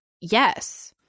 Yes